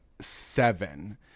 seven